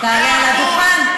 תעלה על הדוכן?